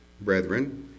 brethren